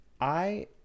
I-